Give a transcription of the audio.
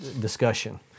discussion